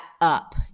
up